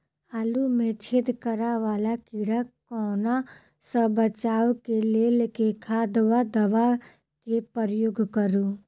आलु मे छेद करा वला कीड़ा कन्वा सँ बचाब केँ लेल केँ खाद वा दवा केँ प्रयोग करू?